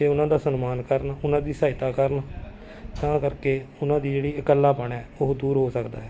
ਅਤੇ ਉਹਨਾਂ ਦਾ ਸਨਮਾਨ ਕਰਨ ਉਹਨਾਂ ਦੀ ਸਹਾਇਤਾ ਕਰਨ ਤਾਂ ਕਰਕੇ ਉਹਨਾਂ ਦੀ ਜਿਹੜੀ ਇਕੱਲਾਪਣ ਹੈ ਉਹ ਦੂਰ ਹੋ ਸਕਦਾ ਹੈ